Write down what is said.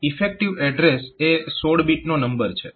effective address એ 16 બીટનો નંબર છે